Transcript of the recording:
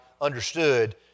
understood